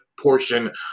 portion